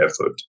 effort